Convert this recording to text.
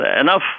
enough